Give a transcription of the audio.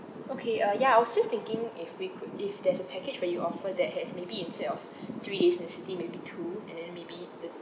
okay uh ya I was just thinking if we could if there's a package where you offer that has maybe instead of three days in the city maybe two and then maybe the